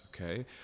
okay